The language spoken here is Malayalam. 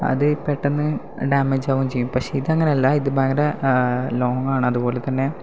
അത് പെട്ടെന്ന് ഡാമേജ് ആവും ചെയ്യും പക്ഷേ ഇത് അങ്ങനല്ല ഇത് ഭയങ്കര ലോങ്ങാണ് അതുപോലെതന്നെ